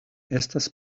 estas